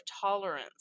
tolerance